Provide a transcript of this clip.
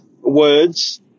words